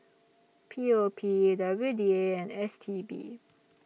P O P W D A and S T B